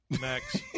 Max